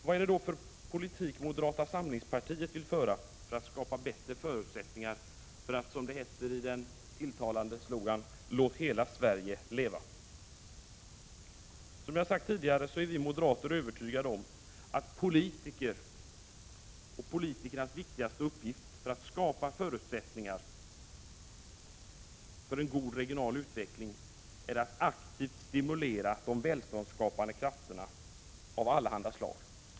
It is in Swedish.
Vad är det då för politik moderata samlingspartiet vill föra för att skapa bättre förutsättningar att, som det heter i en tilltalande slogan, ”låta hela Sverige leva”? Som jag har sagt tidigare, är vi moderater övertygade om att politikens och politikernas viktigaste uppgift för att skapa förutsättningar för en god regional utveckling är att aktivt stimulera de välståndsskapande krafterna av allehanda slag.